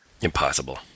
Impossible